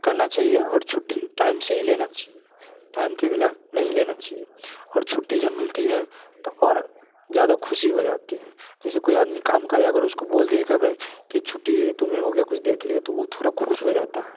करना चाहिए और छुट्टी टाइम से ही लेना चाहिए टाइम के बिना नहीं लेना चाहिए और छुट्टी जब मिलती है तो और ज़्यादा खुशी हो जाती है जैसे कोई आदमी काम करे अगर उसको बोल दे कि छुट्टी तुम्हें हो गया कुछ देर के लिए तो वो थोड़ा खुश हो जाता है